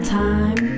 time